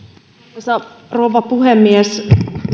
arvoisa rouva puhemies